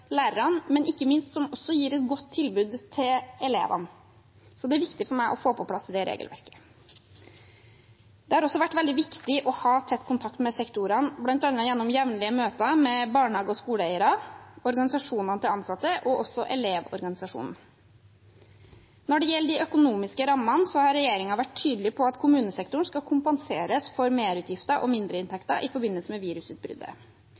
lærerne, men som ikke minst også gir et godt tilbud til elevene. Så det er viktig for meg å få på plass det regelverket. Det har også vært veldig viktig å ha tett kontakt med sektorene, bl.a. gjennom jevnlige møter med barnehage- og skoleeiere, organisasjonene til ansatte og også Elevorganisasjonen. Når det gjelder de økonomiske rammene, har regjeringen vært tydelig på at kommunesektoren skal kompenseres for merutgifter og mindreinntekter i forbindelse med